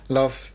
love